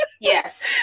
Yes